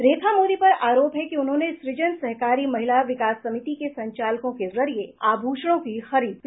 रेखा मोदी पर आरोप है कि उन्होंने सुजन सहकारी महिला विकास समिति के संचालकों के जरिये आभूषणों की खरीद की थी